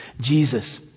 Jesus